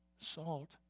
Salt